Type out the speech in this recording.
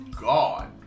God